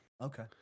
Okay